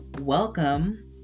welcome